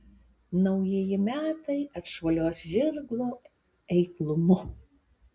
naujieji metai atšuoliuos žirgo eiklumu